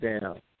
down